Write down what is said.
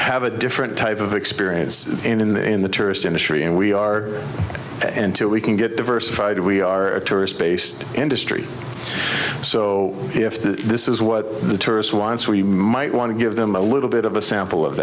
have a different type of experience in the tourist industry and we are until we can get diversified we are a tourist based industry so if the this is what the tourist wants we might want to give them a little bit of a sample of